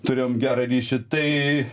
turėjom gerą ryšį tai